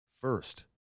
first